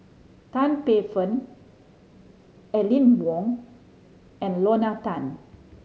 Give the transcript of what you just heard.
Tan Paey Fern Aline Wong and Lorna Tan